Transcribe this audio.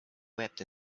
wept